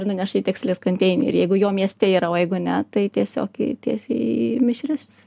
ir nuneša į tekstilės konteinerį ir jeigu jo mieste yra o jeigu ne tai tiesiog tiesiai į mišrius